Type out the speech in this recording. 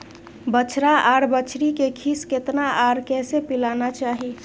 बछरा आर बछरी के खीस केतना आर कैसे पिलाना चाही?